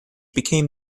became